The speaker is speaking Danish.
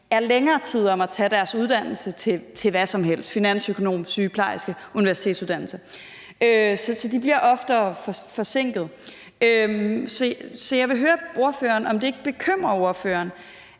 er længere tid om at tage deres uddannelse til hvad som helst, finansøkonom, sygeplejerske, universitetsuddannet. Så de bliver oftere forsinket. Så jeg vil høre ordføreren, om det ikke bekymrer ordføreren,